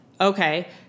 Okay